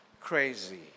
crazy